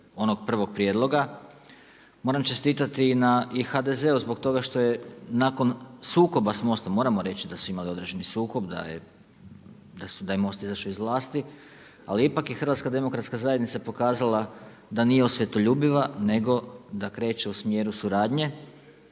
onog prvog prijedloga, moram čestiti i HDZ-u zbog toga što je nakon sukoba s Most-om, moram reći da su imali određeni sukob, da je Most izašao iz vlasti, ali je ipak HDZ pokazala da nije osvetoljubiva nego da kreće u smjeru suradnje